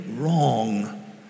Wrong